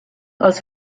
als